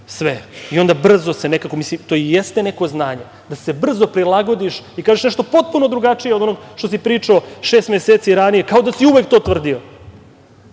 su, oni znaju sve. To i jeste nekakvo znanje da se brzo prilagodiš i kažeš nešto potpuno drugačije od onog što si pričao šest meseci ranije, kao da si uvek to tvrdio.